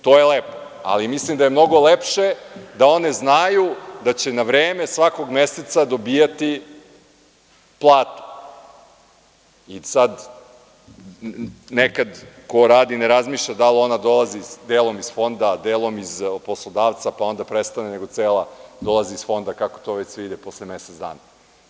To je lepo, ali mislim da je mnogo lepše da one znaju da će na vreme svakog meseca dobijati platu, jer nekad ko radi ne razmišlja da li ona dolazi delom iz Fonda, delom od poslodavca, pa onda prestane nego cela dolazi iz Fonda, kako to već ide posle mesec dana.